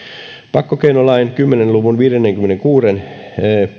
pakkokeinolain kymmenen luvun viidennenkymmenennenkuudennen